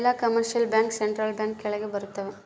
ಎಲ್ಲ commercial bank central bank ಕೆಳಗ ಬರತಾವ